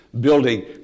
building